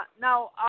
Now